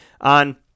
on